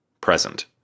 present